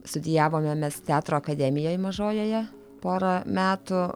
studijavome mes teatro akademijoje mažojoje porą metų